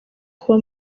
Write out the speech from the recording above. kuba